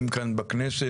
אם כאן בכנסת